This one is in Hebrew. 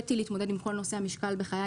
התקשיתי להתמודד עם כל נושא המשקל בחיי.